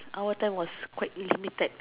our time was quite limited